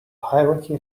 hierarchy